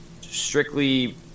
strictly